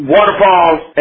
Waterfalls